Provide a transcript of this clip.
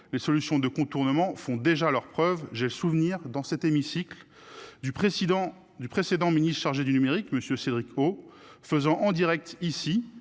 Les solutions de contournement font déjà leurs preuves. J'ai souvenir dans cet hémicycle du président du précédent chargé du numérique Monsieur Cédric O faisant en Direct ici